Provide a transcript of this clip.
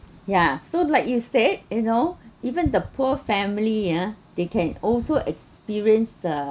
ya so like you said you know even the poor family uh they can also experience uh